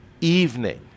evening